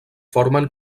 formen